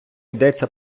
йдеться